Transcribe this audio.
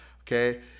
okay